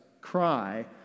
cry